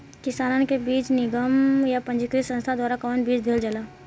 किसानन के बीज निगम या पंजीकृत संस्था द्वारा कवन बीज देहल जाला?